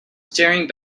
staring